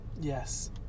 Yes